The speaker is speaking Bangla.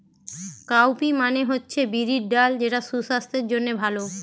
কাউপি মানে হচ্ছে বিরির ডাল যেটা সুসাস্থের জন্যে ভালো